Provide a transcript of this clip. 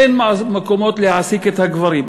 אין מקומות להעסיק את הגברים,